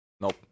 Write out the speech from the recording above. Nope